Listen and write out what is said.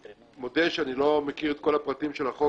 אני מודה שאני לא מכיר את הפרטים של החוק,